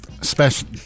special